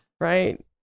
right